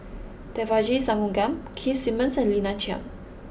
Devagi Sanmugam Keith Simmons and Lina Chiam